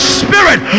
spirit